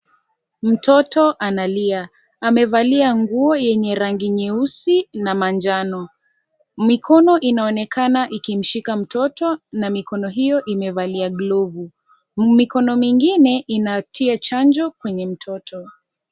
Mtoto analia amevalia nguo yenye rangi nyeusi na manjano, mikono inaonekana ikimshika mtoto na mikono hiyo imevalia glovu, mikono mingine inatia chanjo kwenye mtoto.